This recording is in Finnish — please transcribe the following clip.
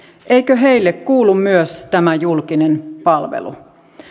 eikö heille kuulu myös tämä julkinen palvelu